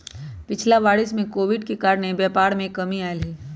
पिछिला वरिस में कोविड के कारणे व्यापार में कमी आयल हइ